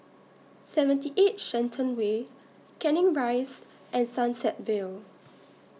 seventy eight Shenton Way Canning Rise and Sunset Vale